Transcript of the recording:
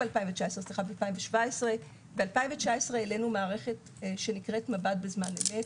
ב-2019 העלינו מערכת שנקראת מבט בזמן אמת.